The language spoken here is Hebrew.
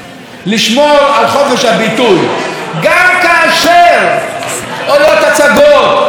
גם כאשר עולות הצגות וגם כאשר מוקרנים סרטים,